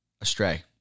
astray